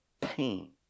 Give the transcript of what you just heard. pain